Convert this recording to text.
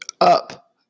Up